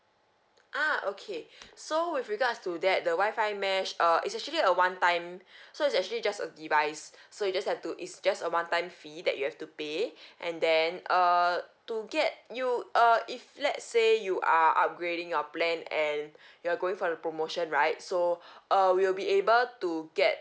ah okay so with regards to that the Wi-Fi mesh err is actually a one time so is actually just a device so you just have to is just a one time fee that you have to pay and then err to get you uh if let's say you are upgrading your plan and you are going for the promotion right so err we'll be able to get